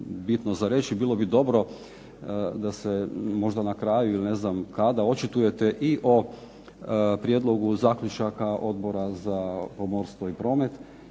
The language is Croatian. bitno za reći. Bilo bi dobro da se možda na kraju ili ne znam kada očitujete i o prijedlogu zaključaka Odbora za pomorstvo i promet